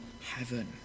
heaven